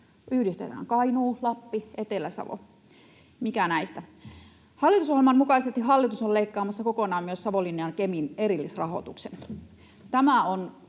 yhdistetään: Kainuu, Lappi, Etelä-Savo? Mikä näistä? Hallitusohjelman mukaisesti hallitus on leikkaamassa kokonaan myös Savonlinnan ja Kemin erillisrahoituksen. Tämä on